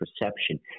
perception